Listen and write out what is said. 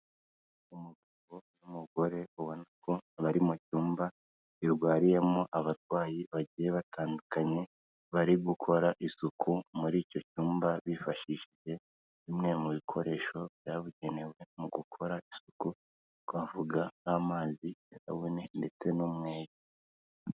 Umugabo n'umugore ubona ko bari mu cyumba kirwariyemo abarwayi bagiye batandukanye, bari gukora isuku muri icyo cyumba bifashishije bimwe mu bikoresho byabugenewe mu gukora isuku, twavuga nk'amazi, isabune ndetse n'umweyo.